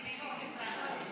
הינה, היא נכנסה.